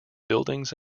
buildings